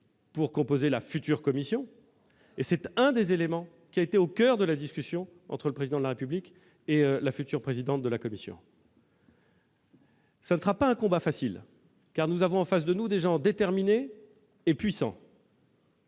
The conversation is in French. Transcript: membres de la future Commission européenne, et c'est l'un des points qui s'est trouvé au coeur de la discussion entre le Président de la République et la future présidente de la Commission. Ce ne sera pas un combat facile, car nous avons en face de nous des gens déterminés et puissants.